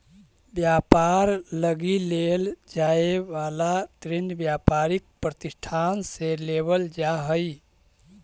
व्यापार लगी लेल जाए वाला ऋण व्यापारिक प्रतिष्ठान से लेवल जा हई